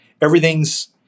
everything's